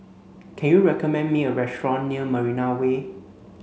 can you recommend me a restaurant near Marina Way